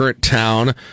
town